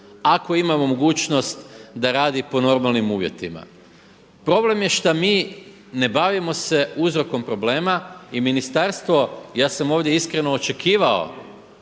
ako imamo mogućnost da radi po normalnim uvjetima. Problem je što mi ne bavimo se uzrokom problema. I ministarstvo, ja sam ovdje iskreno očekivao